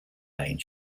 main